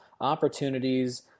opportunities